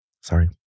Sorry